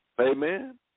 Amen